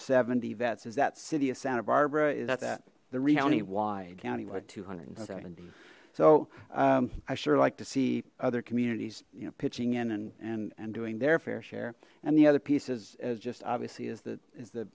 seventy vets is that city of santa barbara is that that the rioni y county what two hundred and seventy so i sure like to see other communities you know pitching in and and and doing their fair share and the other piece is just obviously is that is the